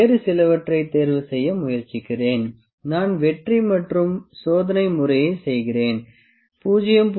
வேறு சிலவற்றைத் தேர்வு செய்ய முயற்சிக்கிறேன் நான் வெற்றி மற்றும் சோதனை முறையைச் செய்கிறேன் 0